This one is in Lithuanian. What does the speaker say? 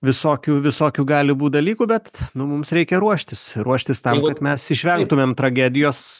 visokių visokių gali būt dalykų bet nu mums reikia ruoštis ruoštis tam kad mes išvengtumėm tragedijos